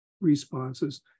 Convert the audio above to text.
responses